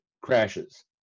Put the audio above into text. crashes